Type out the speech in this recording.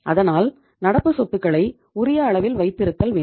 அதனால் நடப்பு சொத்துக்களை உரிய அளவில் வைத்திருத்தல் வேண்டும்